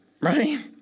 Right